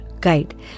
guide